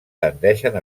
tendeixen